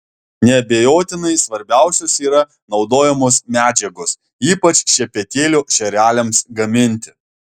neabejotinai svarbiausios yra naudojamos medžiagos ypač šepetėlio šereliams gaminti